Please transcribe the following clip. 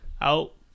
out